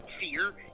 Fear